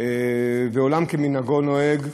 ועולם כמנהגו נוהג,